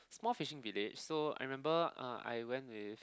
small fishing village so I remember uh I went with